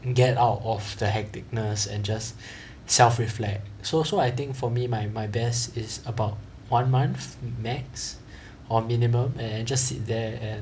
get out of the hectic-ness and just self reflect so so I think for me my my best is about one month max or minimum and then just sit there and